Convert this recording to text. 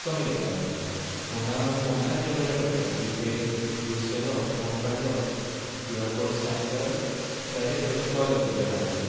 कमी केलां हांवें फोनार हें बरें पडटा जी पे यूज केलो फोन काडलो क्यूआर कोड स्कॅन करप डायरेक्ट पयशे पावले तुमच्या बँकेंत